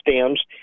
stems